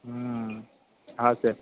હં હા સર